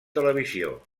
televisió